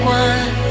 one